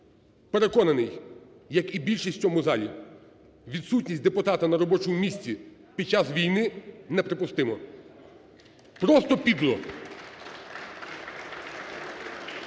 Переконаний, як і більшість в цьому залі, відсутність депутата на робочому місці під час війни – неприпустимо. Просто підло.